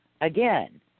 again